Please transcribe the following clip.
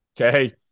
Okay